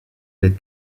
les